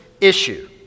issue